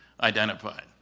identified